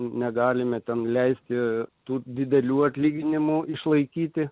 negalime ten leisti tų didelių atlyginimų išlaikyti